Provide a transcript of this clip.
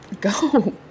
Go